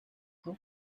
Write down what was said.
how